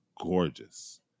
gorgeous